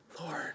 Lord